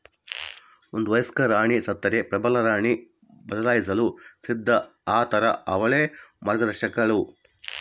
ಒಂದು ವಯಸ್ಕ ರಾಣಿ ಸತ್ತರೆ ಪ್ರಬಲರಾಣಿ ಬದಲಾಯಿಸಲು ಸಿದ್ಧ ಆತಾರ ಅವಳೇ ಮಾರ್ಗದರ್ಶಕಳು